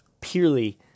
purely